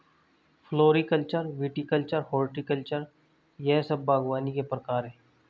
floriculture, viticulture, horticulture यह सब बागवानी के प्रकार है